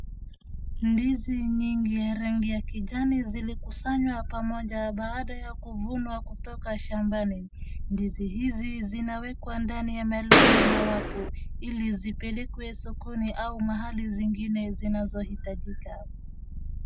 Ndizi nyingi ya rangi ya kijani zilikusanywa pamoja baada ya kuvunwa kutoka shambani. Ndizi hizi zinawekwa ndani ya malori na watu ili zipelekwe sokoni au mahali zingine zinazo hitajika.